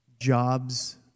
Jobs